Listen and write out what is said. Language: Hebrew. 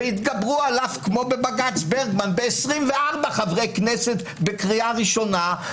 והתגברו עליו כמו בבג"ץ ברגמן ב-24 חברי כנסת בקריאה ראשונה,